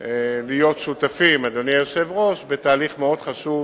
להיות שותפים, אדוני היושב-ראש, בתהליך מאוד חשוב